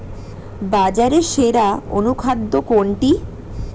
বাজারে সেরা অনুখাদ্য কোনটি?